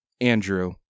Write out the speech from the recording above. Andrew